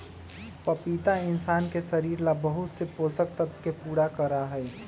पपीता इंशान के शरीर ला बहुत से पोषक तत्व के पूरा करा हई